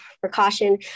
precaution